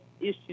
issues